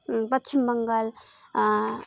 Paschim Bengal